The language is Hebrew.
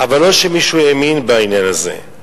אבל לא שמישהו האמין בעניין הזה.